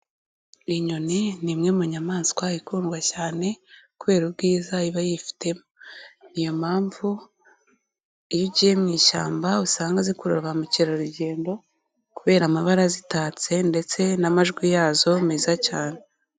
Inyoni ni imwe mu nyamaswa ikundwa cyane kubera ubwiza iba yifitemo, ni iyo mpamvu iyo ugiye mu ishyamba usanga zikurura ba mukerarugendo kubera amabara azitatse, ndetse n'amajwi yazo meza cyane.